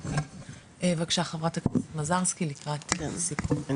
בבקשה חברת הכנסת מזרסקי לקראת סיכום.